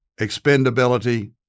expendability